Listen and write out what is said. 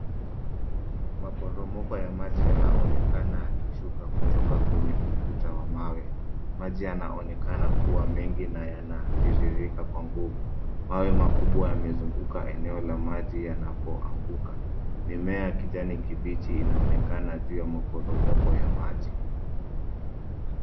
Maporomoko ya maji yanaonekana yakishuka kutoka kwenye ukuta wa mawe. Maji yanaonekana kuwa mengi na yanatiririka kwa nguvu. Mawe makubwa yamezunguka eneo la maji yanapoanguka. Mimea ya kijani kibichi inaonekana juu ya maporomoko ya maji.